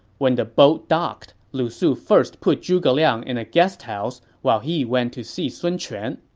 when the boat docked, lu su first put zhuge liang in a guesthouse while he went to see sun quan.